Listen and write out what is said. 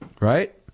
Right